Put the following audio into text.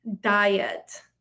diet